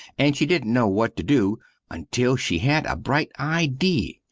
and she dident no what to do until she had a brite idee.